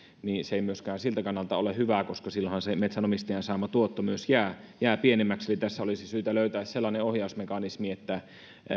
niin se ei myöskään siltä kannalta ole hyvä koska silloinhan se metsänomistajan saama tuotto myös jää jää pienemmäksi eli tässä olisi syytä löytää sellainen ohjausmekanismi että